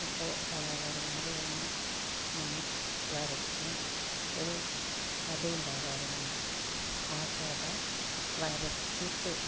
ഇപ്പോൾ കലാകാരന്മാർ കാണാൻ നം വരച്ച് ഒരു കഥയുണ്ടാവും അവരുടെ മനസ്സിൽ ആ കഥ വരച്ചിട്ട്